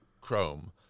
Chrome